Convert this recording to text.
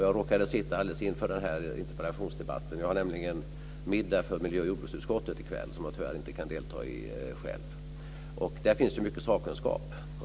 Jag råkade sitta inför interpellationsdebatten - jag har nämligen middag för miljö och jordbruksutskottet i kväll som jag tyvärr inte kan delta i själv - i utskottet, och där finns det mycket sakkunskap.